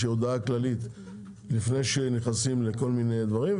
הודעה כללית לפני שנכנסים לכל מיני דברים,